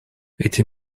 эти